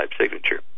signature